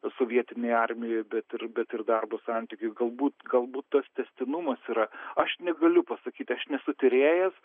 sovietinėj armijoj bet ir bet ir darbo santykiui galbūt galbūt tas tęstinumas yra aš negaliu pasakyt aš nesu tyrėjas